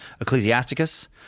Ecclesiasticus